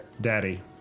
Daddy